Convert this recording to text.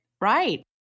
right